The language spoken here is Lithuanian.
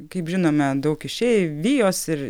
kaip žinome daug išeivijos ir